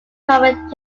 covered